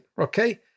okay